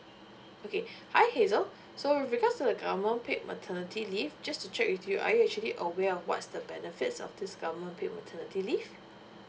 okay hi hazel so with regards to the government paid maternity leave just to check with you are you actually aware of what's the benefits of this government paid maternity leave